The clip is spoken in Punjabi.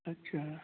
ਅੱਛਾ